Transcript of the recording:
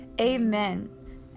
amen